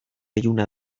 iluna